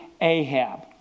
Ahab